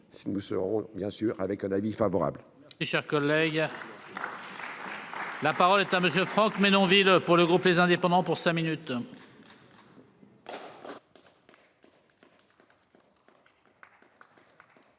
nous serons bien sûr avec un avis favorable.